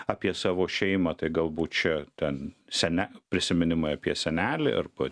apie savo šeimą tai galbūt čia ten sene prisiminimai apie senelį arba